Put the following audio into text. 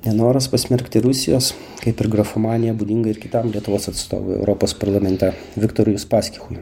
nenoras pasmerkti rusijos kaip ir grafomanija būdinga ir kitam lietuvos atstovui europos parlamente viktorui uspaskichui